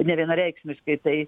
nevienareikšmiškai tai